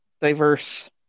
diverse